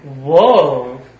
Whoa